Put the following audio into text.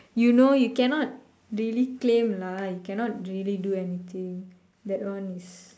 you know you cannot really claim lah you cannot really do anything that one is